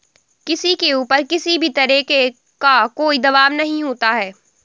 किसी के ऊपर किसी भी तरह का कोई दवाब नहीं होता है